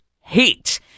hate